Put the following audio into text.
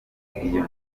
iyo